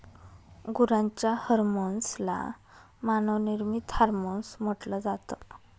गुरांच्या हर्मोन्स ला मानव निर्मित हार्मोन्स म्हटल जात